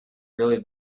really